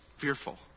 fearful